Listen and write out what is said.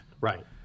Right